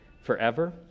forever